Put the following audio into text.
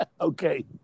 Okay